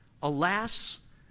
Alas